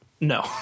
No